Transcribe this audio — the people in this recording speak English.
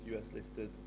US-listed